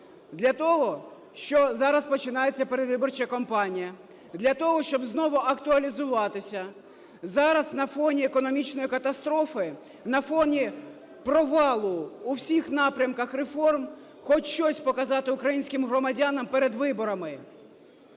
Для того, що зараз починається передвиборча кампанія, для того, щоб знову актуалізуватись, зараз на фоні економічної катастрофи, на фоні провалу у всіх напрямках реформ хоч щось показати українським громадянам перед виборами.